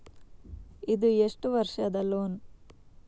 ಇದು ಎಷ್ಟು ವರ್ಷದ ಲೋನ್?